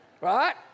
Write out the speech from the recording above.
Right